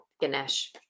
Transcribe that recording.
Ganesh